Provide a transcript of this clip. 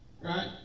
Right